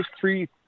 three